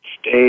stay